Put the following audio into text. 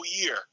year